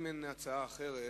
אם אין הצעה אחרת,